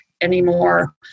anymore